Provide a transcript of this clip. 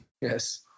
Yes